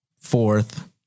fourth